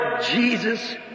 Jesus